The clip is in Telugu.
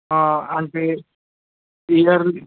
అంటే ఇయర్